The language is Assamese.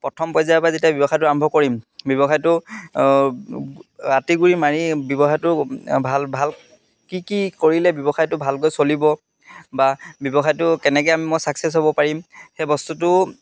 প্ৰথম পৰ্যায়ৰ পৰা যেতিয়া ব্যৱসায়টো আৰম্ভ কৰিম ব্যৱসায়টো আঁতিগুৰি মাৰি ব্যৱসায়টো ভাল ভাল কি কি কৰিলে ব্যৱসায়টো ভালকৈ চলিব বা ব্যৱসায়টো কেনেকৈ আমি মই ছাকচেছ হ'ব পাৰিম সেই বস্তুটো